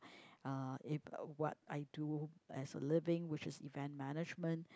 uh in what I do as a living which is event management